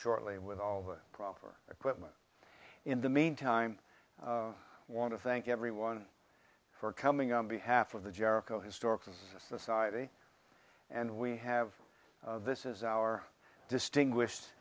shortly and with all the proper equipment in the meantime i want to thank everyone for coming on behalf of the jericho historical society and we have this is our distinguish